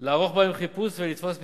לערוך בהם חיפוש ולתפוס מסמכים,